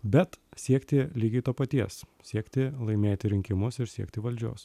bet siekti lygiai to paties siekti laimėti rinkimus ir siekti valdžios